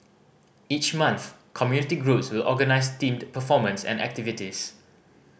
each month community groups will organise themed performances and activities